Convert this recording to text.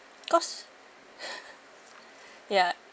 cause ya